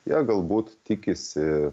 jie galbūt tikisi